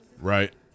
Right